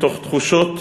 מתוך תחושות